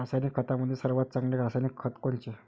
रासायनिक खतामंदी सर्वात चांगले रासायनिक खत कोनचे?